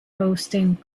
hosting